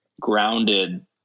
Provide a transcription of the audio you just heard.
grounded